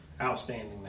outstanding